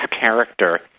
character